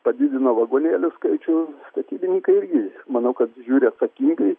padidino vagonėlių skaičių statybininkai irgi manau kad žiūri atsakingai